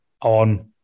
on